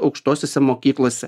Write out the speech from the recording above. aukštosiose mokyklose